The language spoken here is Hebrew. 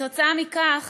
כתוצאה מכך